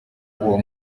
uwo